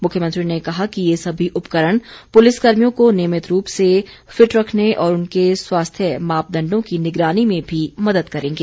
मुख्यमंत्री ने कहा कि ये सभी उपकरण पुलिस कर्मियों को नियमित रूप से फिट रखने और उनके स्वास्थ्य मापदण्डों की निगरानी में भी मदद करेंगे